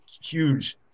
huge –